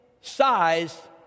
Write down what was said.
size